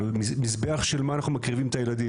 על מזבח של על מה אנחנו מקריבים את הילדים.